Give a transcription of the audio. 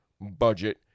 budget